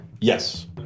Yes